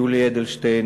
יולי אדלשטיין,